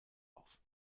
auf